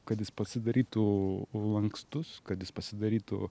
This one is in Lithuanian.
kad jis pasidarytų lankstus kad jis pasidarytų